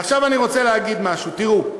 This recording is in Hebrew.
ועכשיו אני רוצה להגיד משהו: תראו,